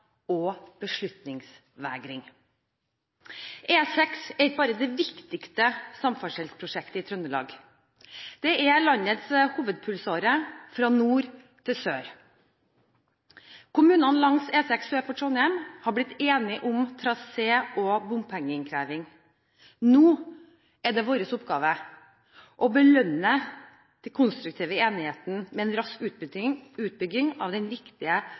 og beslutningsvegring. E6 er ikke bare det viktigste samferdselsprosjektet i Trøndelag, det er landets hovedpulsåre fra nord til sør. Kommunene langs E6 sør for Trondheim har blitt enige om trasé og bompengeinnkreving. Nå er det vår oppgave å belønne den konstruktive enigheten med en rask utbygging av den viktige